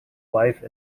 wife